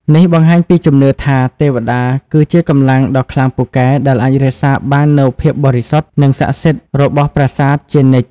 នេះបង្ហាញពីជំនឿថា ទេវតាគឺជាកម្លាំងដ៏ខ្លាំងពូកែដែលអាចរក្សាបាននូវភាពបរិសុទ្ធ និងស័ក្តិសិទ្ធិរបស់ប្រាសាទជានិច្ច។